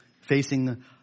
facing